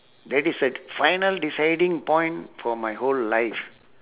that is at final deciding point for my whole life